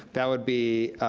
that would be,